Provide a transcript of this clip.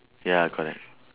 ya correct